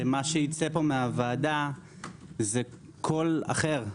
שמה שייצא פה מהוועדה זה קול אחר,